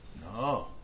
No